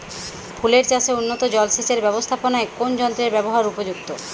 ফুলের চাষে উন্নত জলসেচ এর ব্যাবস্থাপনায় কোন যন্ত্রের ব্যবহার উপযুক্ত?